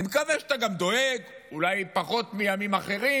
אני מקווה שאתה גם דואג, אולי פחות מימים אחרים.